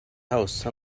house